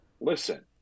listen